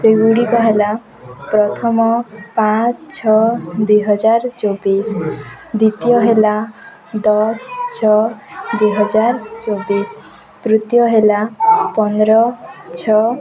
ସେଗୁଡ଼ିକ ହେଲା ପ୍ରଥମ ପାଞ୍ଚ ଛଅ ଦୁଇହଜାର ଚବିଶ ଦିତୀୟ ହେଲା ଦଶ ଛଅ ଦୁଇହଜାର ଚବିଶ ତୃତୀୟ ହେଲା ପନ୍ଦର ଛଅ